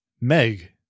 Meg